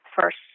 first